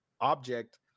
object